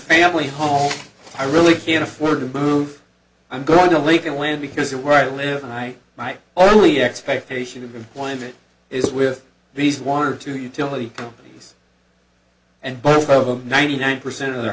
family home i really can't afford to move i'm going to leave it when because it where i live and i my only expectation of employment is with these one or two utility companies and both of them ninety nine percent of their